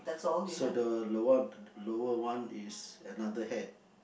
so the the one lower one is another hat